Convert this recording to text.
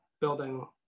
building